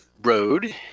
Road